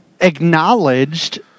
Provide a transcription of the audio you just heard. acknowledged